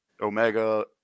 Omega